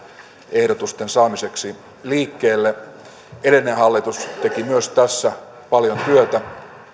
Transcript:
ehdotusten saamiseksi liikkeelle edellinen hallitus teki myös tässä paljon työtä